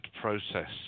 process